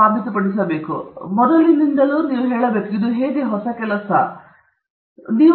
ಆದ್ದರಿಂದ ಇದು ಮೊದಲಿನಿಂದಲೂ ಹೇಗೆ ಹೊಸ ಕೆಲಸ ಎಂದು ನೀವು ಸಾಬೀತುಪಡಿಸುತ್ತೀರಿ